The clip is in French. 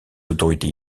autorités